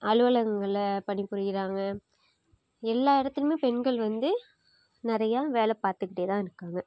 அலுவலகங்களில் பணி புரியிறாங்க எல்லா இடத்துலையுமே பெண்கள் வந்து நிறையா வேலை பார்த்துக்கிட்டேதான் இருக்காங்க